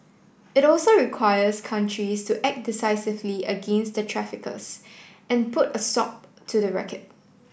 it also requires countries to act decisively against the traffickers and put a stop to the racket